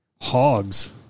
hogs